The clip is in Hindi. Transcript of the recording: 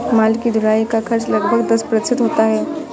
माल की ढुलाई का खर्च लगभग दस प्रतिशत होता है